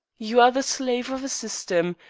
you are the slave of a system.